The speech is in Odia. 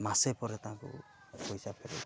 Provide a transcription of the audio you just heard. ମାସେ ପରେ ତାଙ୍କୁ ପଇସା ଫେରେଇଥିଲି